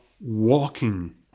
walking